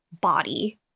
body